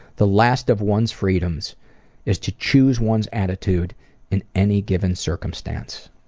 the last of one's freedoms is to choose one's attitude in any given circumstance.